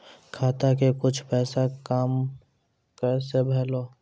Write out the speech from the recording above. खाता के कुछ पैसा काम कैसा भेलौ?